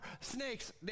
snakes